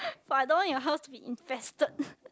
but I don't want your house to be infested